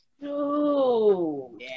No